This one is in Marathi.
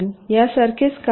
यासारखेच काहीसे